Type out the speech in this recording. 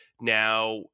Now